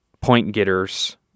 point-getters